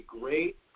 great